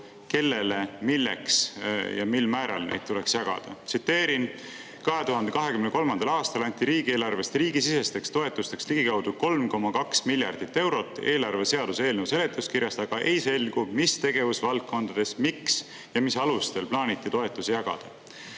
kellele, milleks ja mil määral neid tuleks jagada. Tsiteerin: "2023. aastal anti riigieelarvest riigisisesteks toetusteks ligikaudu 3,2 miljardit eurot. Eelarve seaduse eelnõu seletuskirjast aga ei selgu, millistes tegevusvaldkondades, miks ja mis alustel plaaniti toetusi jagada."